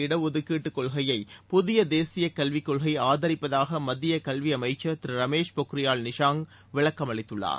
இட ஒதுக்கீட்டுக் கொள்கையை புதிய தேசிய கல்வி கொள்கை ஆதரிப்பதாக மத்திய கல்வி அமைச்சர் திரு ரமேஷ் பொக்ரியால் நிஷாங்க் விளக்கம் அளித்துள்ளார்